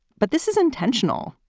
but this is intentional,